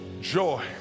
Joy